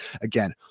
again